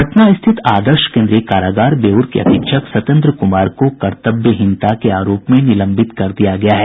पटना स्थित आदर्श कोन्द्रीय कारागार बेऊर के अधीक्षक सत्येन्द्र कुमार को कर्त्तव्यहीनता के आरोप में निलंबित कर दिया गया है